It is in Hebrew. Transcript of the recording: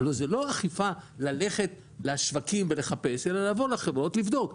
זאת לא אכיפה של ללכת לשווקים ולחפש אלא ללכת לחברה ולבדוק,